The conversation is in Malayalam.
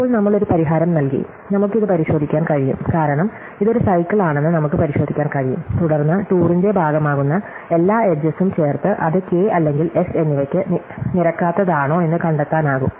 ഇപ്പോൾ നമ്മൾ ഒരു പരിഹാരം നൽകി നമുക്ക് ഇത് പരിശോധിക്കാൻ കഴിയും കാരണം ഇത് ഒരു സൈക്കിൾ ആണെന്ന് നമുക്ക് പരിശോധിക്കാൻ കഴിയും തുടർന്ന് ടൂറിന്റെ ഭാഗമാകുന്ന എല്ലാ എട്ജെസും ചേർത്ത് അത് കെ അല്ലെങ്കിൽ എസ് എന്നിവയ്ക്ക് നിരക്കാത്തതാണോ എന്ന് കണ്ടെത്താനാകും